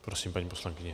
Prosím, paní poslankyně.